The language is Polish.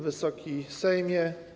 Wysoki Sejmie!